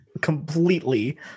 completely